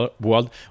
world